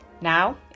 Now